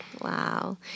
Wow